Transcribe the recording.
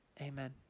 Amen